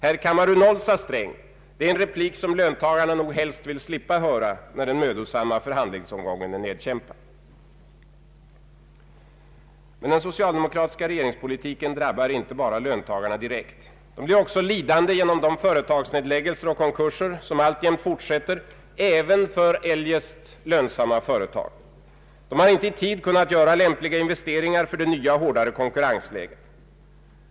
”Här kammade Du noll, sa Sträng”, det är en replik som löntagarna nog helst vill slippa höra när den mödosamma förhandlingsomgången är genomkämpad. Men den socialdemokratiska regeringspolitiken drabbar löntagarna inte bara direkt. De blir också lidande genom de företagsnedläggelser och konkurser som alltjämt fortsätter även för normalt lönsamma företag, som inte i tid kunnat göra lämpliga investeringar för det nya, hårdare konkurrensläget.